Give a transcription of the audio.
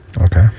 Okay